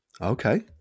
Okay